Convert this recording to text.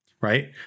right